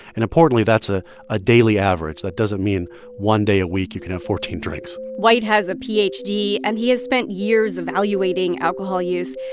and importantly, that's ah a daily average. that doesn't mean one day a week, you can have fourteen drinks white has a ph d, and he has spent years evaluating alcohol use.